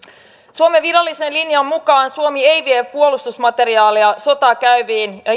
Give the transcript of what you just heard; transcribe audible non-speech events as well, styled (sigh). suomen virallisen linjan mukaan suomi ei vie puolustusmateriaalia sotaa käyviin ja (unintelligible)